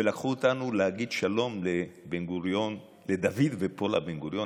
לקחו אותנו להגיד שלום לדוד ופולה בן-גוריון.